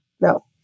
No